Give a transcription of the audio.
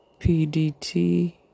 PDT